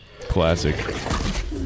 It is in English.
Classic